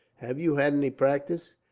have you had any practice?